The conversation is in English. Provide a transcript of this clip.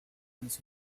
woods